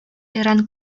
eran